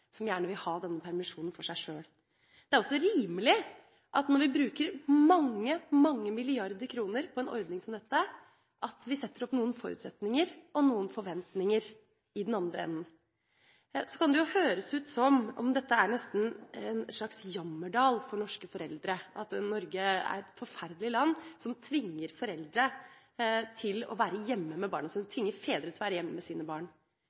som gjerne vil ha denne permisjonen for seg sjøl. Det er også rimelig, når vi bruker mange milliarder kroner på en ordning som dette, at vi setter opp noen forutsetninger og noen forventninger i den andre enden. Så kan det høres ut som om dette nesten er en slags jammerdal for norske foreldre, at Norge er et forferdelig land som tvinger foreldre til å være hjemme med barna sine, tvinger fedre til å være hjemme med sine barn.